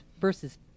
versus